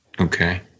Okay